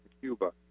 cuba